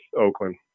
Oakland